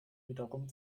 wiederum